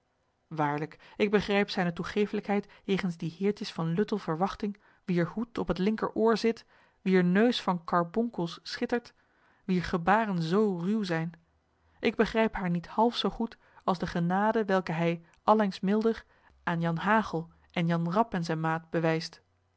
waarlijk ik begrijp zijne toegeeflijkheid jegens die heertjes van luttel verwachting wier hoed op het linkeroor zit wier neus van karbonkels schittert wier gebaren zoo ruw zijn ik begrijp haar niet half zoo goed als de genade welke hij allengs milder aan jan hagel en jan rap en zijn maat bewijst